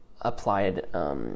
applied